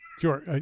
Sure